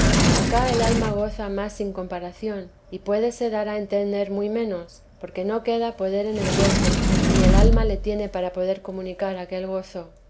acá el alma goza más sin comparación y puédese dar a entender muy menos porque no queda poder en el cuerpo ni el alma le tiene para poder comunicar aquel gozo